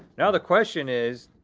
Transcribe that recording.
now the question is